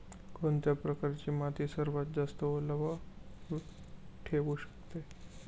कोणत्या प्रकारची माती सर्वात जास्त ओलावा ठेवू शकते?